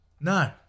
No